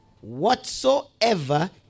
whatsoever